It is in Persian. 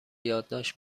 یادداشت